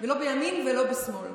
לא בימין ולא בשמאל.